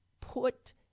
put